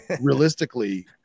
realistically